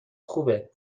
خوبه